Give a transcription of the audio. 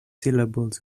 syllables